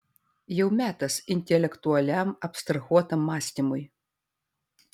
jau metas intelektualiam abstrahuotam mąstymui